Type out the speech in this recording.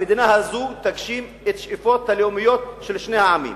המדינה הזאת תגשים את השאיפות הלאומיות של שני העמים,